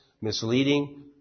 misleading